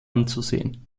anzusehen